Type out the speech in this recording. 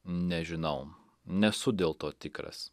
nežinau nesu dėl to tikras